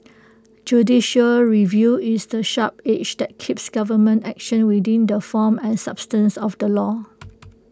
judicial review is the sharp edge that keeps government action within the form and substance of the law